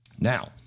Now